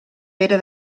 pere